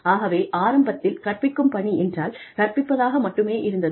ஆகவே ஆரம்பத்தில் கற்பிக்கும் பணி என்றால் கற்பிப்பதாக மட்டுமே இருந்தது